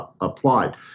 Applied